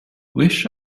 wish